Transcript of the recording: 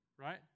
right